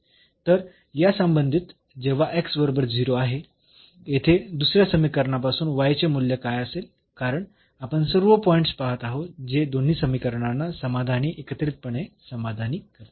तर या संबंधित जेव्हा बरोबर 0 आहे येथे दुसऱ्या समीकरणापासून चे मूल्य काय असेल कारण आपण सर्व पॉईंट्स पाहत आहोत जे दोन्ही समीकरणांना समाधानी एकत्रितपणे समाधानी करतात